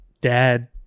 dad